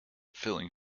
filling